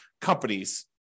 companies